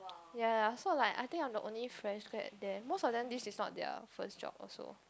ya ya so like I think I am the only fresh grad there most of them this is not their first job also